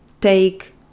take